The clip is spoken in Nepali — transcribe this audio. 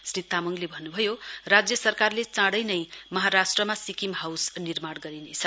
श्री तामाङले भन्न्भयो राज्य सरकारले चाडै नै महाराष्ट्रमा सिक्किम हाउस निर्माण गर्नेछ